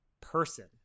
person